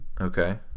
Okay